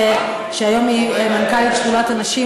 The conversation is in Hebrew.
שהיום היא מנכ"לית שדולת הנשים,